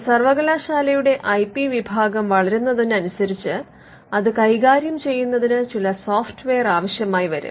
ഒരു സർവ്വകലാശാലയുടെ I P വിഭാഗം വളരുന്നതിനനുസരിച്ച് അത് കൈകാര്യം ചെയ്യുന്നതിന് ചില സോഫ്റ്റ്വെയർ ആവശ്യമായി വരും